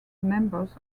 members